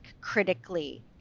critically